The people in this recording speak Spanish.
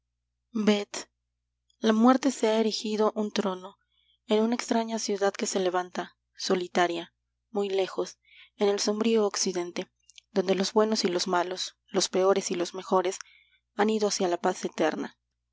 la muerte se ha erigido un trono en una extraña ciudad que se levanta solitaria muy lejos en el sombrío occidente donde los buenos y los malos los peores y los mejores han ido hacia la paz eterna